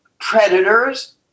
predators